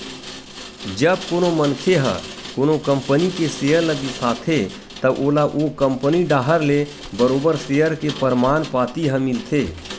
जब कोनो मनखे ह कोनो कंपनी के सेयर ल बिसाथे त ओला ओ कंपनी डाहर ले बरोबर सेयर के परमान पाती ह मिलथे